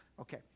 okay